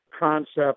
concept